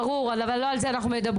ברור, אבל לא על זה אנחנו מדברות.